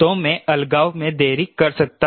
तो मैं अलगाव में देरी कर सकता हूं